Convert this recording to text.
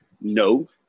No